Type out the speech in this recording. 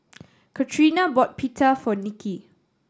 Catrina bought Pita for Nicki